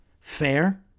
fair